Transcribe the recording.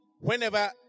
Whenever